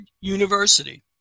University